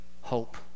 hope